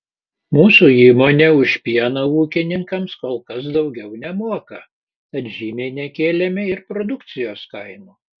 mūsų įmonė už pieną ūkininkams kol kas daugiau nemoka tad žymiai nekėlėme ir produkcijos kainų